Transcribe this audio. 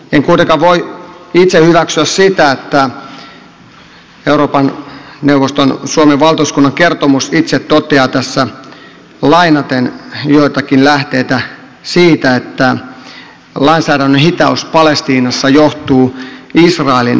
en kuitenkaan voi itse hyväksyä sitä että euroopan neuvoston suomen valtuuskunnan kertomus itse toteaa tässä lainaten joitakin lähteitä että lainsäädännön hitaus palestiinassa johtuu israelin miehityksestä